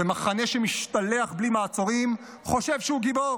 ומחנה שמשתלח בלי מעצרים חושב שהוא גיבור.